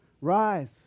rise